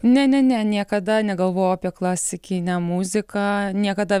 ne ne ne niekada negalvojau apie klasikinę muziką niekada